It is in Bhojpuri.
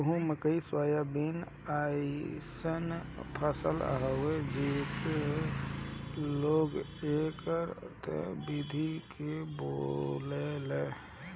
गेंहू, मकई, सोयाबीन अइसन फसल हवे जेके लोग एकतस्सन विधि से बोएला